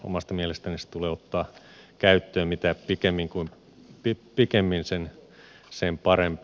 omasta mielestäni se tulee ottaa käyttöön mitä pikemmin sen parempi